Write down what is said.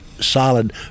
solid